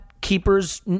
keepers